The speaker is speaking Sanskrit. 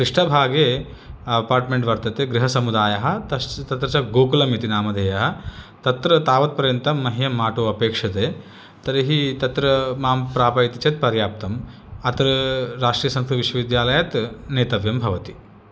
पृष्ठभागे अपार्टमे्ण्ट् वर्तते गृहसमुदायः तश् तत्र च गोकुलम् इति नामधेयः तत्र तावत्पर्यन्तं मह्यम् आटो अपेक्षते तर्हि तत्र मां प्रापयति चेत् पर्याप्तम् अत्र राष्ट्रीयसंस्कृतविश्वविद्यालयात् नेतव्यं भवति